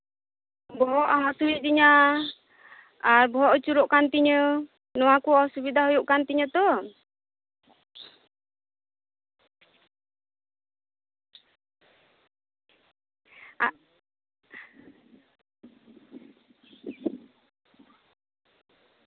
ᱵᱚᱦᱚᱜ ᱦᱟᱥᱩᱭᱤᱫᱤᱧᱟ ᱟᱨ ᱵᱚᱦᱚᱜ ᱟᱹᱪᱩᱨᱚᱜ ᱠᱟᱱ ᱛᱤᱧᱟᱹ ᱱᱚᱶᱟ ᱠᱚ ᱚᱥᱩᱵᱤᱛᱟ ᱦᱩᱭᱩᱜ ᱠᱟᱱ ᱛᱤᱧᱟᱹ ᱛᱚ ᱟᱜ